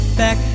back